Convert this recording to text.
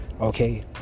Okay